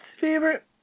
favorite